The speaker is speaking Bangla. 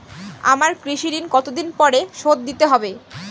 আমার কৃষিঋণ কতদিন পরে শোধ দিতে হবে?